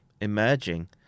emerging